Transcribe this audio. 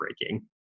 breaking